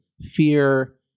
fear